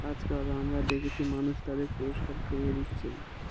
আজকাল আমরা দেখেছি মানুষ তাদের পুরস্কার ফিরিয়ে দিচ্ছেন